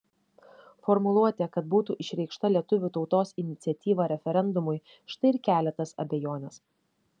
formuluotė kad būtų išreikšta lietuvių tautos iniciatyva referendumui štai ir kelia tas abejones